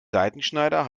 seitenschneider